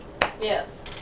Yes